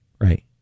Right